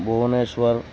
Bhubaneswar